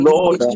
Lord